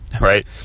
right